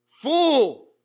Fool